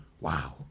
wow